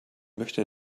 möchte